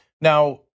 Now-